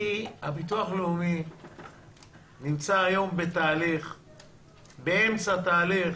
כי הביטוח הלאומי נמצא היום באמצע תהליך